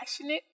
passionate